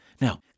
Now